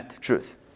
Truth